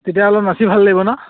তেতিয়া অলপ নাচি ভাল লাগিব নহ্